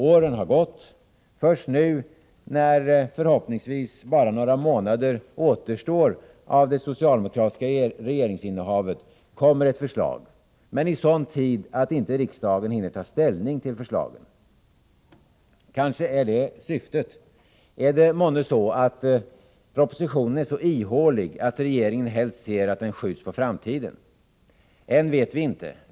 Åren har gått, och först nu, när förhoppningsvis bara några månader återstår av det socialdemokratiska regeringsinnehavet, kommer ett förslag — men i sådan tid att inte riksdagen hinner ta ställning. Kanske är detta syftet? Är det månne så, att propositionen är så ihålig att regeringen helst ser att den skjuts på framtiden? Än vet vi inte.